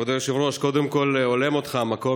כבוד היושב-ראש, קודם כול הולם אותך המקום.